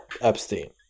Epstein